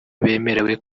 bemerewe